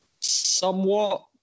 Somewhat